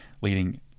leading